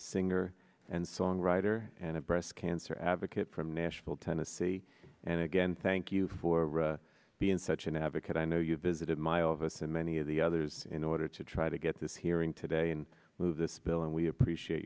singer and songwriter and a breast cancer advocate from nashville tennessee and again thank you for being such an advocate i know you visited my office and many of the others in order to try to get this hearing today and move this bill and we appreciate